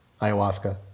Ayahuasca